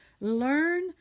Learn